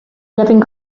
living